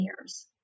years